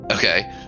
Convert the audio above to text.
Okay